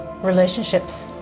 Relationships